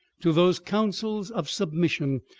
to those counsels of submission,